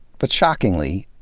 but shockingly,